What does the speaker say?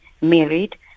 married